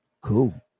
cool